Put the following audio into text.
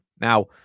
Now